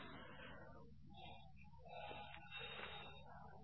So it is line voltage phase voltage